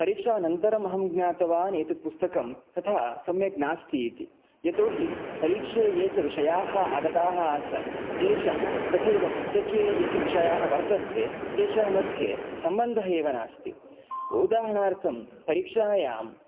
परीक्षानन्तरम् अहं ज्ञातवान् एतत् पुस्तकं तथा सम्यक् नास्ति इति यतोहि परीक्षे ये च विषयाः आगताः आसन् तेषां तथैव पुस्तके ये च विषयाः वर्तन्ते तेषां मध्ये सम्बन्धः एव नास्ति उदाहरणार्थं परीक्षायां